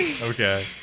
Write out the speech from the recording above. Okay